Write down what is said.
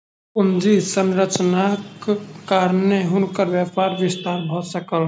पूंजी संरचनाक कारणेँ हुनकर व्यापारक विस्तार भ सकल